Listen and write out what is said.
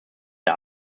der